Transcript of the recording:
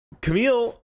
camille